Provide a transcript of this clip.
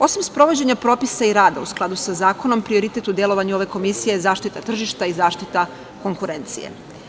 Osim sprovođenja propisa i rada u skladu sa zakonom prioritet u delovanju ove Komisije za zaštita tržišta i zaštita konkurencije.